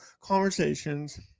conversations